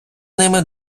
ними